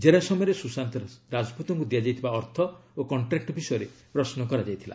ଜେରା ସମୟରେ ସୁଶାନ୍ତ ରାଜପୁତଙ୍କୁ ଦିଆଯାଇଥିବା ଅର୍ଥ ଓ କଷ୍ଟ୍ରାକ୍ ବିଷୟରେ ପ୍ରଶ୍ନ କରାଯାଇଥିଲା